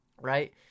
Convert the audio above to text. Right